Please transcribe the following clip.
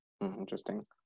Interesting